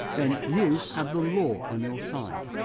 then you have the law on your side.